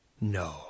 No